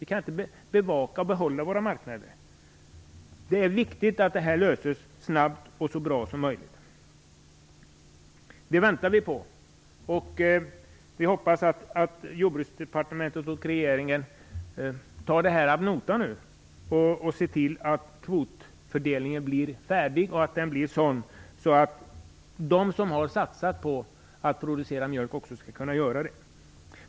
Vi kan inte bevaka och behålla våra marknader. Det är viktigt att den här frågan får en så bra lösning som möjligt så snabbt som möjligt. Det väntar vi på, och vi hoppas att Jordbruksdepartementet och resten av regeringen tar det här ad notam och ser till att kvotfördelningen blir färdig och att den innebär att de som har satsat på att producera mjölk också skall kunna göra det.